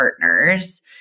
partners